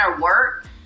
work